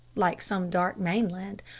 like some dark mainland,